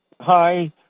hi